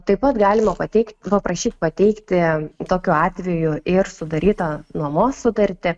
taip pat galima pateikt paprašyt pateikti tokiu atveju ir sudarytą nuomos sutartį